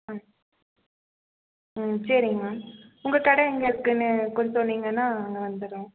ம் ம் சரிங்க மேம் உங்கள் கடை எங்கே இருக்குதுன்னு கொஞ்சம் சொன்னிங்கன்னால் அங்கே வந்துடுறோம்